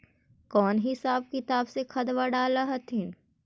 कौन हिसाब किताब से खदबा डाल हखिन?